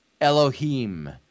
Elohim